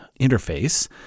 interface